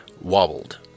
wobbled